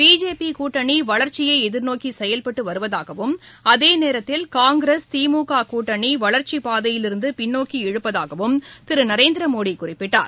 பிஜேபிகூட்டணிவளர்ச்சியைஎதிர்நோக்கிசெயல்பட்டுவருவதாகவும் அதேநேரத்தில் காங்கிரஸ் திமுககூட்டணிவளர்ச்சிப் பாதையிலிருந்தபின்னோக்கி இழப்பதாகவும் திருநரேந்திரமோடிகுறிப்பிட்டார்